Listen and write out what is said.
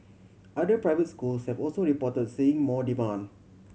other private schools have also reported seeing more demand